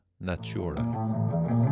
Natura